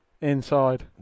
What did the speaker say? inside